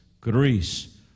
Greece